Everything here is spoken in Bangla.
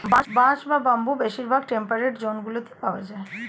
বাঁশ বা বাম্বু বেশিরভাগ টেম্পারেট জোনগুলিতে পাওয়া যায়